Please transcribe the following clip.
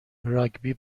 راگبی